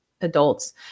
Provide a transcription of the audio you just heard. adults